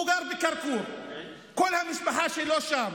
הוא גר בכרכור, וכל המשפחה שלו שם.